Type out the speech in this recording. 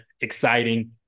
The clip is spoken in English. exciting